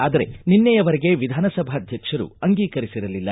ಆದರೆ ನಿನ್ನೆಯ ವರೆಗೆ ವಿಧಾನಸಭಾಧ್ಯಕ್ಷರು ಅಂಗೀಕರಿಸಿರಲಿಲ್ಲ